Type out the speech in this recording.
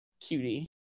Cutie